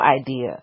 idea